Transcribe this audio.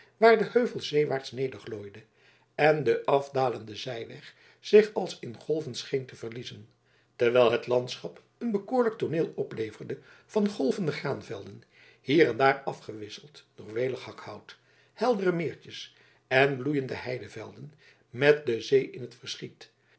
waar de heuvel zeewaarts nederglooide en de afdalende zijweg zich als in de golven scheen te verliezen terwijl het landschap een bekoorlijk tooneel opleverde van golvende graanvelden hier en daar afgewisseld door welig hakhout heldere meertjes en bloeiende heidevelden met de zee in t verschiet